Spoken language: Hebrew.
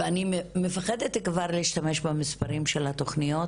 אני מפחדת כבר להשתמש במספרים של התוכניות